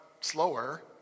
slower